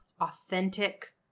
authentic